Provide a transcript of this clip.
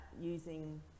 using